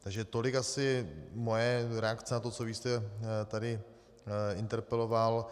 Takže tolik asi moje reakce na to, co vy jste tady interpeloval.